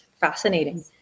fascinating